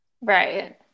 Right